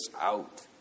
out